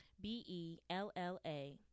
B-E-L-L-A